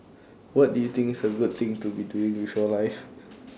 what do you think is a good thing to be doing with your life